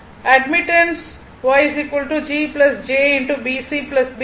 admittance